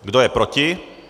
Kdo je proti?